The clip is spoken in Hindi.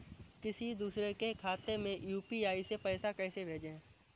किसी दूसरे के खाते में यू.पी.आई से पैसा कैसे भेजें?